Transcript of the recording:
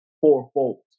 fourfold